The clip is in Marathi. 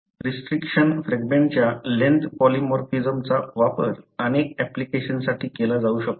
रिस्ट्रिक्शन फ्रॅगमेंटच्या लेन्थ पॉलिमॉर्फिझमचा वापर अनेक अँप्लिकेशन्ससाठी केला जाऊ शकतो